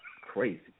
crazy